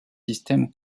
système